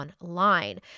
online